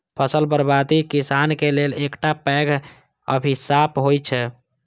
फसल बर्बादी किसानक लेल एकटा पैघ अभिशाप होइ छै